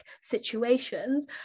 situations